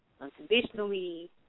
unconditionally